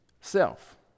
self